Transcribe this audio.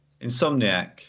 Insomniac